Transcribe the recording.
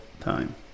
time